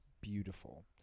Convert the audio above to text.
beautiful